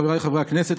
חבריי חברי הכנסת,